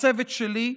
לצוות שלי,